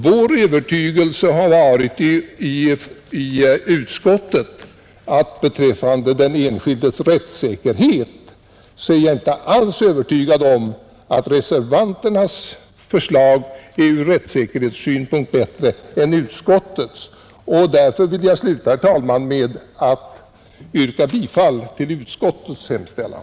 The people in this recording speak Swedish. Vi har i utskottet inte alls varit övertygade om att reservanternas förslag ur den enskildes rättssäkerhetssynpunkt är bättre än utskottets linje, och jag skall därför sluta med att yrka bifall till utskottets hemställan.